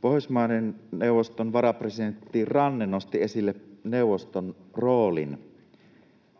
Pohjoismaiden neuvoston varapresidentti Ranne nosti esille neuvoston roolin.